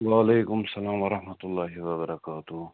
وعلیکُم السلام وَرحمتُہ لاہہِ وَبَرَکاتہوٗ